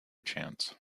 chance